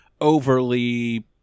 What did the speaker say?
overly